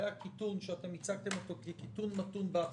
והיה קיטון שאתם הצגתם כקיטון מתון בהכנסות.